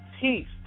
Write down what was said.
peace